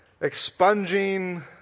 expunging